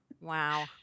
Wow